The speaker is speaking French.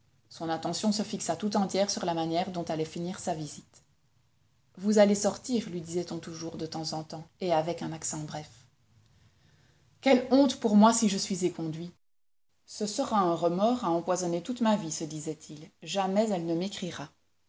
son attention se fixa tout entière sur la manière dont allait finir sa visite vous allez sortir lui disait-on toujours de temps en temps et avec un accent bref quelle honte pour moi si je suis éconduit ce sera un remords à empoisonner toute ma vie se disait-il jamais elle ne m'écrira